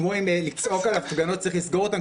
כמו עם לצעוק על הפגנות שצריך לסגור אותן,